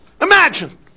Imagine